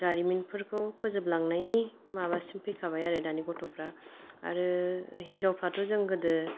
जारिमिनफोरखौ फोजोबलांनायनि माबासिम फैखाबाय आरो दानि गथ'फ्रा आरो हिनजावफ्राथ' जों गोदो